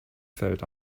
fällt